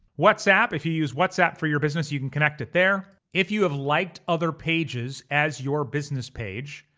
whatsapp, if you use whatsapp for your business, you can connect it there. if you have liked other pages as your business page,